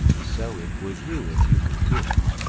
so it would you if you could hear it.